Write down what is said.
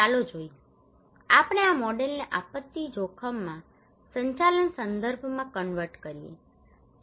ચાલો જોઈએ આપણે આ મોડેલને આપત્તિ જોખમ સંચાલન સંદર્ભમાં કન્વર્ટ કરીએ